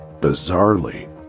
Bizarrely